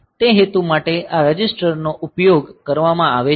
તે હેતુ માટે આ રજીસ્ટરોનો ઉપયોગ કરવામાં આવે છે